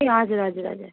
ए हजुर हजुर हजुर